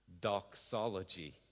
doxology